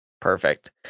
Perfect